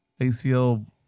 ACL